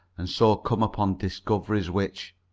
and so come upon discoveries which